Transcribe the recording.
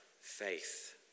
faith